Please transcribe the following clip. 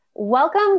Welcome